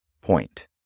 point